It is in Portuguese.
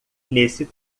nesse